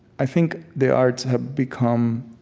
i think the arts have become